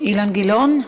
אילן גילאון,